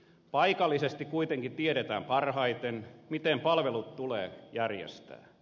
paikallisesti kuitenkin tiedetään parhaiten miten palvelut tulee järjestää